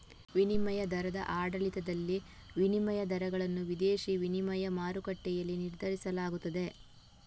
ವಿನಿಮಯ ದರದ ಆಡಳಿತದಲ್ಲಿ, ವಿನಿಮಯ ದರಗಳನ್ನು ವಿದೇಶಿ ವಿನಿಮಯ ಮಾರುಕಟ್ಟೆಯಲ್ಲಿ ನಿರ್ಧರಿಸಲಾಗುತ್ತದೆ